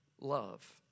love